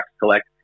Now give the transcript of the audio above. collect